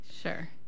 Sure